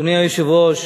אדוני היושב-ראש,